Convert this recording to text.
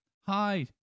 hi